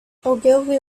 ogilvy